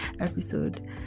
episode